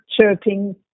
chirping